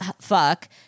fuck